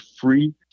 free